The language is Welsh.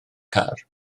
car